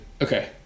Okay